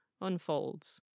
unfolds